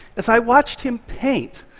as i watched him paint,